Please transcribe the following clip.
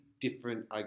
different